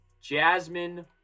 Jasmine